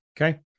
Okay